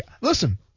listen